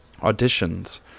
auditions